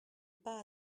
pas